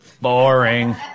Boring